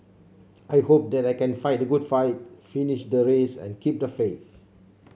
I hope that I can fight the good fight finish the race and keep the faith